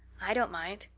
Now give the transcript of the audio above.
i don't mind.